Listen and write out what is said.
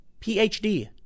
PhD